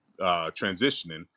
transitioning